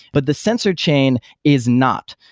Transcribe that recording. but the censored chain is not,